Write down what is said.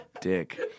dick